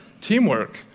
teamwork